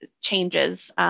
changes